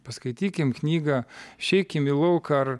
paskaitykim knygą išeikim į lauką ar